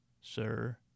sir